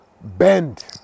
bend